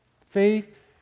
faith